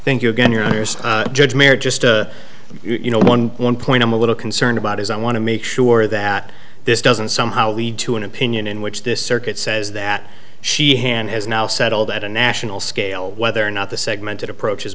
thank you again your honour's judge may or just you know one one point i'm a little concerned about is i want to make sure that this doesn't somehow lead to an opinion in which this circuit says that she hand has now settled at a national scale whether or not the segment that approach